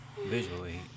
visually